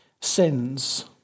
sins